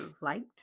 liked